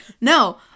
no